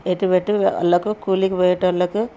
ఎటుపెటు వాళ్ళకు కూలికి పోయేటోళ్ళకు